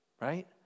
right